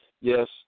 Yes